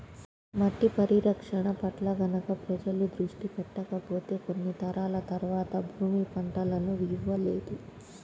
మట్టి పరిరక్షణ పట్ల గనక ప్రజలు దృష్టి పెట్టకపోతే కొన్ని తరాల తర్వాత భూమి పంటలను ఇవ్వలేదు